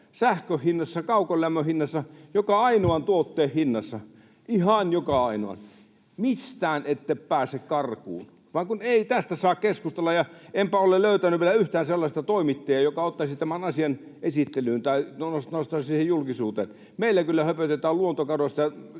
sähkön hinnassa, kaukolämmön hinnassa, joka ainoan tuotteen hinnassa — ihan joka ainoan, mistään ette pääse karkuun. Vaan kun ei tästä saa keskustella, ja enpä ole löytänyt vielä yhtään sellaista toimittajaa, joka ottaisi tämän asian esittelyyn tai nostaisi sen julkisuuteen. Meillä kyllä höpötetään luontokadosta,